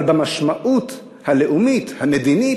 אבל במשמעות הלאומית המדינית,